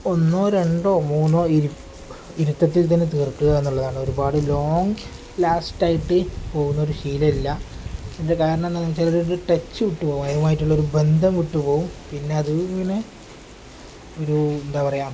ഒന്നോ രണ്ടോ മൂന്നോ ഇരുത്തത്തിൽ തന്നെ തീർക്കുക എന്നുള്ളതാണ് ഒരുപാട് ലോങ്ങ് ലാസ്റ്റായിട്ട് പോകുന്നൊരു ശീലം ഇല്ല ഇത് കാരണം എന്താണെന്ന് വെച്ചാൽ ഒരു ഒരു ടച്ച് വിട്ട് പോവും അതുമായിട്ടുള്ളൊരു ബന്ധം വിട്ട് പോവും പിന്നെ അത് ഇങ്ങനെ ഒരു എന്താ പറയുക